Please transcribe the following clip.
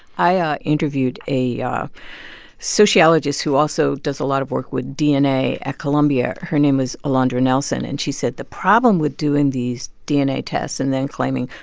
i ah interviewed a um sociologist who also does a lot of work with dna at columbia. her name is alondra nelson. and she said the problem with doing these dna tests and then claiming,